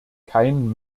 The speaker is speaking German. kein